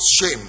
shame